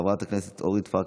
חבר הכנסת איימן עודה,